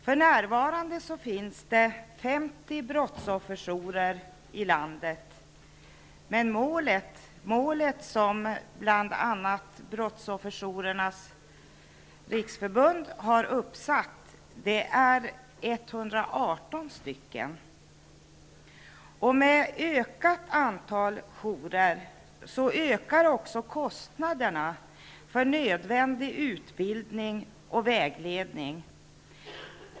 För närvarande finns det 50 brottsofferjourer i landet, men målet som bl.a. Brottsofferjourernas riksförbund har satt upp är 118. Med ökat antal jourer ökar också kostnaderna för nödvändig utbildning och vägledning.